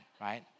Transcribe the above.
right